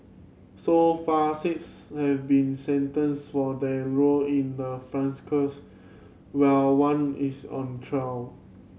so far six have been sentenced for their role in the while one is on trial